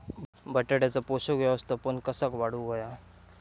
बटाट्याचा पोषक व्यवस्थापन कसा वाढवुक होया?